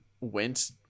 went